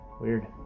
Weird